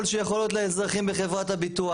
שיכול להיות לאזרחים בחברות הביטוח.